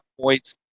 points